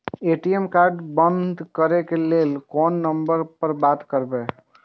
ATM card बंद करे के लेल कोन नंबर पर बात करबे?